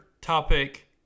topic